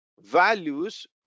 values